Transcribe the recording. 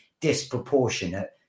disproportionate